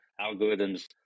algorithms